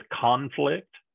conflict